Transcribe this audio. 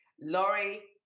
Laurie